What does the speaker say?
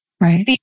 Right